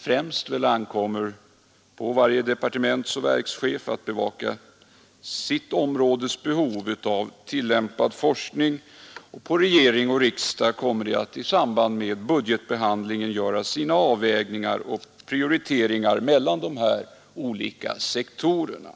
Främst ankommer det på varje departementsoch verkchef att bevaka sitt områdes behov av tillämpad forskning, och på regering och riksdag ankommer det att i samband med budgetbehandlingen göra sina avvägningar och prioriteringar mellan de olika sektorerna.